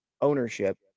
ownership